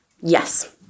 Yes